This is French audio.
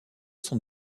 son